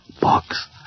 box